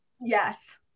Yes